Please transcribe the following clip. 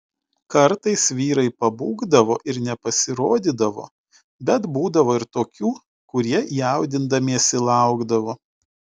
kartais vyrai pabūgdavo ir nepasirodydavo bet būdavo ir tokių kurie jaudindamiesi laukdavo